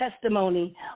testimony